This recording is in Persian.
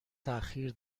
تاخیر